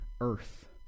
earth